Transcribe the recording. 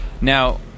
Now